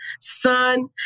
Son